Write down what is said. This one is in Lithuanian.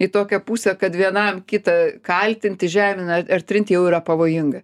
į tokią pusę kad vienam kitą kaltinti žemina ar trint jau yra pavojinga